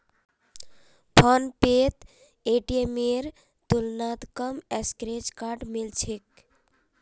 फोनपेत पेटीएमेर तुलनात कम स्क्रैच कार्ड मिल छेक